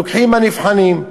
לוקחים מהנבחנים.